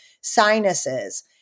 sinuses